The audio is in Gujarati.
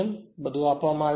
તેથી બધું આપવામાં આવે છે